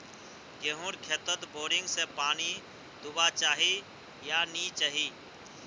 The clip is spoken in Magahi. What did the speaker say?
गेँहूर खेतोत बोरिंग से पानी दुबा चही या नी चही?